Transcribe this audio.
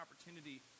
opportunity